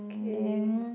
okay